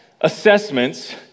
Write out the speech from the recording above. assessments